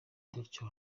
gutyo